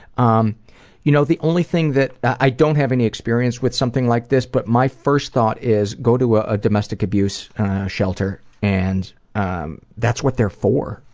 um you know, the only thing that i don't have any experience with something like this but my first thought is go to a domestic abuse shelter. and um that's what they're for.